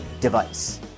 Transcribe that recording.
device